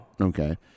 Okay